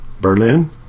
Berlin